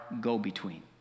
go-between